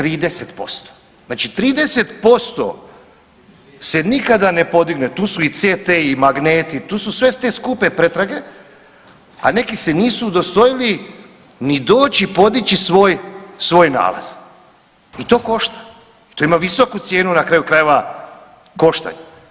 30%, znači 30% se nikada ne podigne, tu su CT-i magneti, tu su sve te skupe pretrage, a neki se nisu udostojali ni doći podići svoj nalaz i to košta, to ima visoku cijenu na kraju krajeva koštanja.